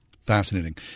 Fascinating